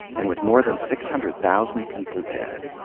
and with more than six hundred thousand people dead,